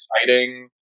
exciting